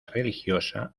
religiosa